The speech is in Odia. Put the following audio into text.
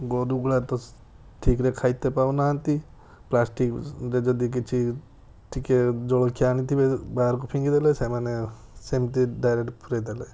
ଗୋରୁ ଗୁଡ଼ା ତ ଠିକରେ ଖାଇତେ ପାଉନାହାଁନ୍ତି ପ୍ଲାଷ୍ଟିକରେ ଯଦି କିଛି ଟିକେ ଜଳଖିଆ ଆଣିଥିବେ ବାହାରକୁ ଫିଙ୍ଗିଦେଲେ ସେମାନେ ସେମିତି ଡାଇରେକ୍ଟ ପୁରାଇ ଦେଲେ